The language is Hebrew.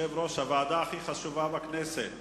יושב-ראש הוועדה הכי חשובה בכנסת,